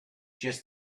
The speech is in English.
just